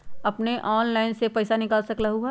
अपने ऑनलाइन से पईसा निकाल सकलहु ह?